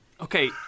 Okay